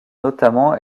notamment